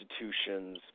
institutions